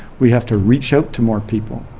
we have to reach out to more people,